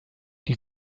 die